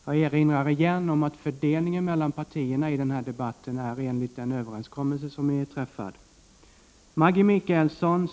Jag erinrar igen om att fördelningen av taletiden mellan partierna i den här debatten har skett i enlighet med den överenskommelse som har träffats.